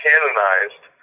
canonized